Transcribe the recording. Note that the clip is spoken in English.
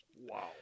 wow